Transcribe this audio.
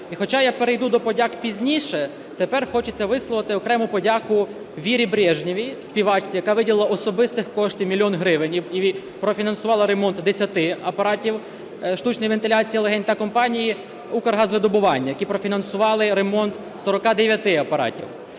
І хоча я перейду до подяк пізніше, тепер хочеться висловити окрему подяку Вірі Брежнєвій, співачці, яка виділила особисті кошти, 1 мільйон гривень, і профінансувала ремонт 10 апаратів штучної вентиляції легень, та компанії "Укргазвидобування", які профінансували ремонт 49 апаратів.